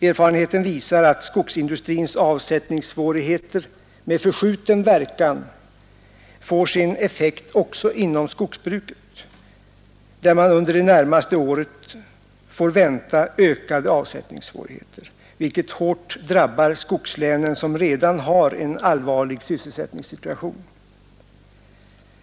Erfarenheten visar att skogsindustrins avsättningssvårigheter med förskjuten verkan får sin effekt också inom skogsbruket, där man under det närmaste året får vänta ökade avsättningssvårigheter, vilket hårt drabbar skogslänen som redan har en allvarlig sysselsättningssituation.